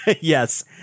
yes